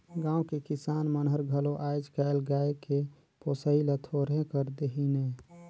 गाँव के किसान मन हर घलो आयज कायल गाय के पोसई ल थोरहें कर देहिनहे